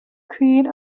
create